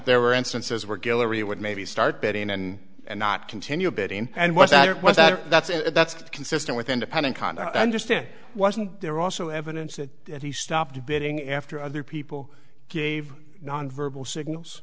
there were instances where guillory would maybe start betting and not continue a bit in and was that was that that's a that's consistent with independent kind of understand wasn't there also evidence that he stopped bidding after other people gave non verbal signals